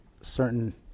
certain